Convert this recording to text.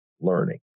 learning